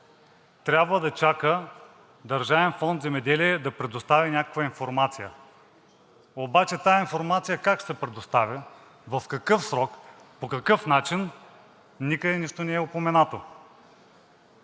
трябва да чака Държавен фонд „Земеделие“ да предостави някаква информация. Обаче тази информация как ще се предоставя, в какъв срок, по какъв начин, никъде нищо не е упоменато.